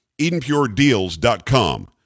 EdenPureDeals.com